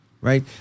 right